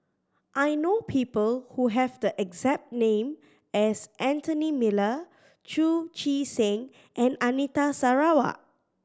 I know people who have the exact name as Anthony Miller Chu Chee Seng and Anita Sarawak